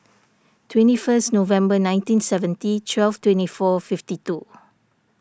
twenty first November nineteen seventy twelve twenty four fifty two